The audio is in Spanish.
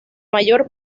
mayor